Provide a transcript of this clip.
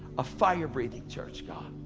a fire breathing church, god.